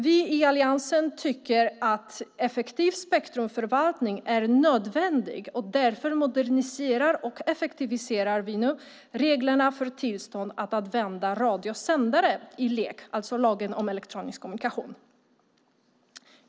Vi i Alliansen tycker att effektiv spektrumförvaltning är nödvändig och därför moderniserar och effektiviserar vi nu reglerna för tillstånd att använda radiosändare i LEK, alltså lagen om elektronisk kommunikation.